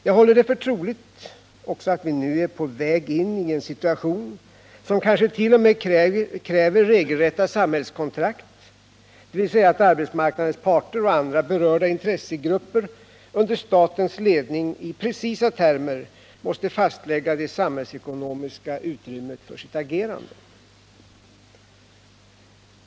Jag håller det för troligt att vi nu är på väg in i en situation som 1. o. m. kräver regelrätta ”samhällskontrakt”, dvs. att arbetsmarknadens parter och andra berörda intressegrupper under statens ledning i precisa termer måste fastlägga det samhällsekonomiska utrymmet för sitt agerande.